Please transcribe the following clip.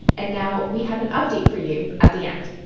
and now we have an update for you at the end